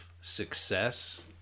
success